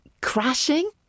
crashing